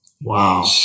Wow